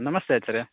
नमस्ते आचार्यः